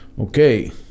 Okay